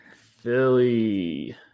Philly